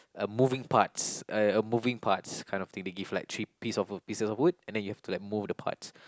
a moving parts a a moving parts kind of the thing they give like three piece of pieces of wood and then you have to like mould the parts